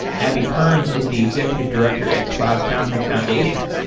abby kearns is the executive director at cloud foundry foundation,